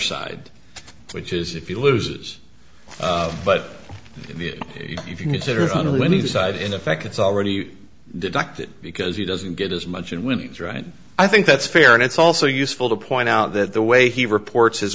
side which is if you loses but if you consider only when you decide in effect it's already deducted because he doesn't get as much in women's right i think that's fair and it's also useful to point out that the way he reports